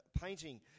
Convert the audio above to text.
painting